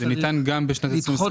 זה ניתן גם ב-2021,